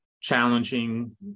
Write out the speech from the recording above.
challenging